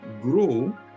grow